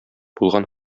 булган